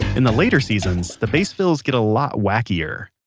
in the later seasons, the bass fills get a lot wackier